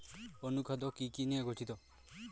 অনুখাদ্য কি কি নিয়ে গঠিত?